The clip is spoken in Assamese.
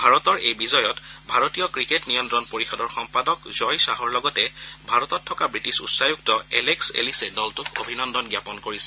ভাৰতৰ এই বিজয়ত ভাৰতীয় ক্ৰিকেট কণ্টল বৰ্ডৰ সম্পাদক জয় খাহৰ লগতে ভাৰতত থকা ৱিটিছ উচ্চায়ক্ত এলেক্স এলিছে দলটোক অভিনন্দন জ্ঞাপন কৰিছে